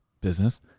business